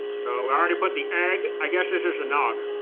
so i already put the egg. i guess this is the nog.